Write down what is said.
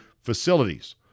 facilities